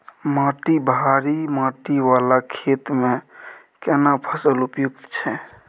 माटी भारी माटी वाला खेत में केना फसल उपयुक्त छैय?